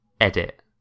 Edit